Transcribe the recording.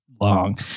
long